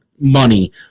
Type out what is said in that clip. money